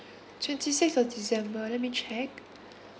twenty sixth of december let me check